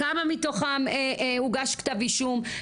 כמה מתוכם הוגש כתב אישום,